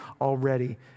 already